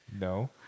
No